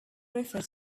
refer